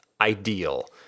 ideal